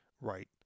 right